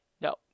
No